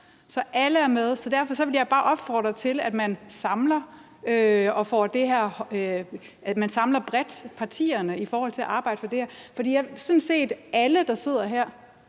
Så alle er med, og derfor vil jeg bare opfordre til, at man samler partierne bredt i forhold til at arbejde for det her. For det er sådan set alle, der sidder her,